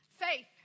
Faith